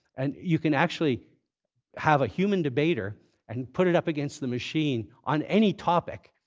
and you can actually have a human debater and put it up against the machine on any topic,